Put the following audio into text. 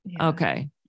Okay